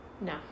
no